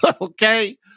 Okay